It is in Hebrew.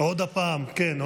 עוד פעם, כן.